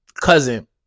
cousin